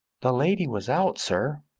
the lady was out, sir,